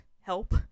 help